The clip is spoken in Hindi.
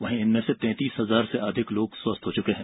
वहीं इनमें से तैतीस हजार से अधिक लोग स्वस्थ हो चुके हैं